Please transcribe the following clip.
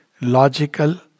logical